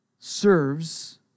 serves